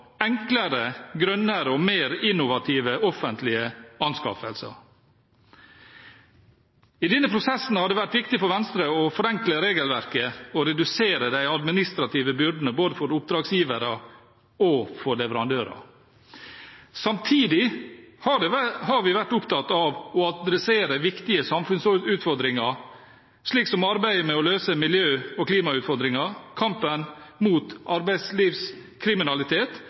enklere, grønnere og mer innovative offentlige anskaffelser. I denne prosessen har det vært viktig for Venstre å forenkle regelverket og redusere de administrative byrdene både for oppdragsgivere og for leverandører. Samtidig har vi vært opptatt av å ta tak i viktige samfunnsutfordringer, slik som arbeidet med å løse miljø- og klimautfordringer, kampen mot arbeidslivskriminalitet